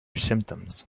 symptoms